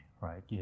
right